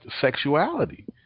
sexuality